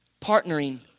Partnering